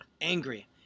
angry